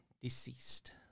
Deceased